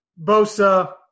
Bosa